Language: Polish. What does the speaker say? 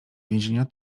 więzienia